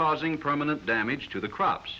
causing permanent damage to the crops